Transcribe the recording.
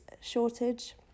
shortage